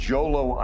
Jolo